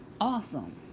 awesome